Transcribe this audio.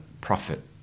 profit